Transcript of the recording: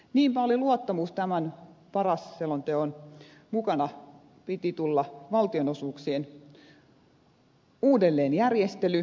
niinpä oli luottamus että tämän paras selonteon mukana piti tulla valtionosuuksien uudelleenjärjestely